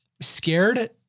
scared